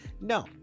no